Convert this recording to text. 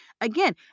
Again